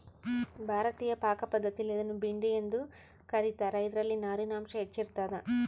ಭಾರತೀಯ ಪಾಕಪದ್ಧತಿಯಲ್ಲಿ ಇದನ್ನು ಭಿಂಡಿ ಎಂದು ಕ ರೀತಾರ ಇದರಲ್ಲಿ ನಾರಿನಾಂಶ ಹೆಚ್ಚಿರ್ತದ